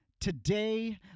Today